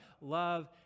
love